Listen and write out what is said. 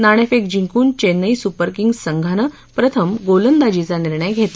नाणेफेक जिंकून Chennai Super Kings संघानं प्रथम गोलंदाजीचा निर्णय घेतला आहे